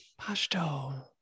Pashto